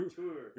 tour